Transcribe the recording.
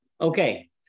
Okay